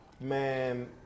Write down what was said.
man